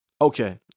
Okay